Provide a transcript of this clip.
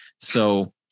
So-